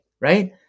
right